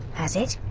has it?